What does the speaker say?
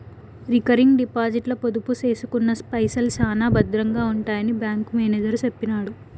recurring డిపాజిట్ల పొదుపు సేసుకున్న పైసల్ శానా బద్రంగా ఉంటాయని బ్యాంకు మేనేజరు సెప్పినాడు